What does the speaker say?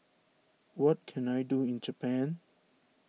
what can I do in Japan